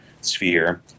sphere